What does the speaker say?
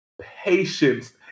patience